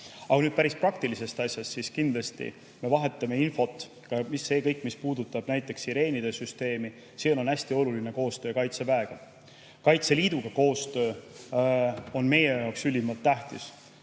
nüüd päris praktilisest asjast. Kindlasti me vahetame infot. See kõik, mis puudutab näiteks sireenide süsteemi, siin on hästi oluline koostöö Kaitseväega. Kaitseliiduga koostöö on meie jaoks ülimalt tähtis.